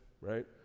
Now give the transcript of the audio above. right